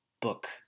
book